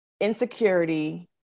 insecurity